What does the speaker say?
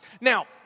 Now